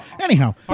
Anyhow